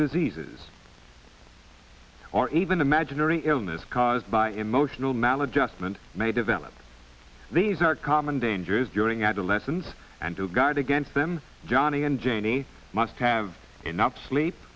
diseases or even imaginary illness caused by emotional maladjustment may develop these are common dangers during adolescence and to guard against them johnny and janie must have enough sleep